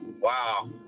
wow